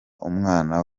umwana